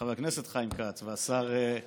חבר הכנסת חיים כץ, השר לשעבר.